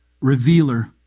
revealer